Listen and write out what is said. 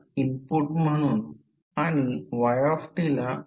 तर याचा अर्थ ही एक रेडीयस म्हणजे रेडीयस R वर्तुळाकार क्रॉस सेक्शनचा डायमीटर d आहे